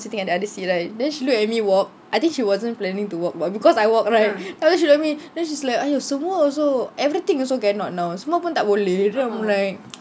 sitting at the other seat right then she look at me walk I think she wasn't planning to walk but because I walk right then she look at me then she's like !aiyo! semua also everything also cannot now semua pun tak boleh then I'm like